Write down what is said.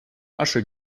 asche